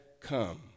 come